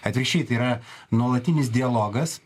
atvirkščiai tai yra nuolatinis dialogas